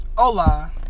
Hola